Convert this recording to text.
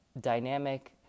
dynamic